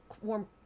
warm